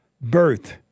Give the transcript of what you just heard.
birth